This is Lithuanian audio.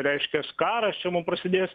reiškias karas čia mum prasidės